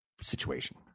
situation